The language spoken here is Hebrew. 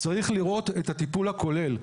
צריך לראות את הטיפול הכולל.